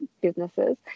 businesses